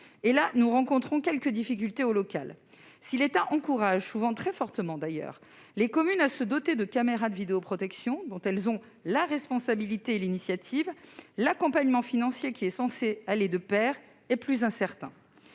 à l'échelon local quelques difficultés. Si l'État encourage, souvent très fortement, les communes à se doter de caméras de vidéoprotection, dont elles ont la responsabilité et l'initiative, l'accompagnement financier qui est censé aller de pair, est, lui, plus incertain.